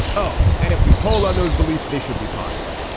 oh, and if we poll on those beliefs, they should be popular,